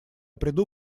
приду